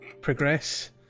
progress